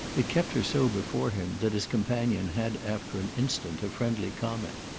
it kept her so before him that his companion had after an instant a friendly comment.